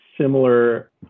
similar